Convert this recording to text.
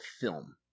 film